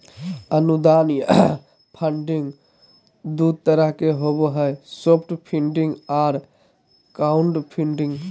अनुदान या फंडिंग दू तरह के होबो हय सॉफ्ट फंडिंग आर क्राउड फंडिंग